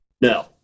No